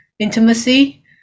Intimacy